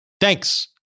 Thanks